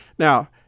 Now